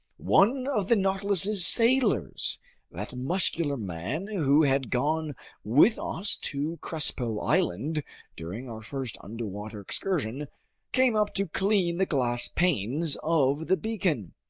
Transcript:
one of the nautilus's sailors that muscular man who had gone with us to crespo island during our first underwater excursion came up to clean the glass panes of the beacon.